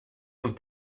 und